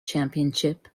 championship